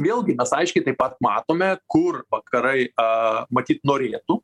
vėlgi mes aiškiai taip pat matome kur vakarai a matyt norėtų